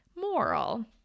moral